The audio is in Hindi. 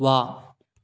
वाह